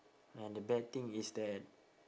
and the bad thing is that